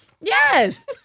yes